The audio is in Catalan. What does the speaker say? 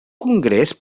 congrés